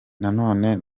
none